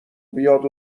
بیاد